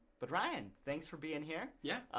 but ryan, thanks for being here. yeah,